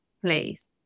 place